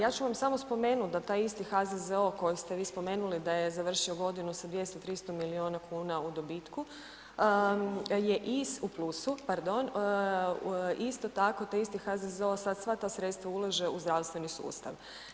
Ja ću vam samo spomenuti da taj isti HZZO kojeg ste vi spomenuli da je završio godinu sa 200, 300 milijuna kuna u dobitku, je iz, u plusu, pardon, isto tako taj isti HZZO sad sva ta sredstva ulaže u zdravstveni sustav.